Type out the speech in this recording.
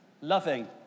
Loving